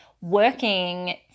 working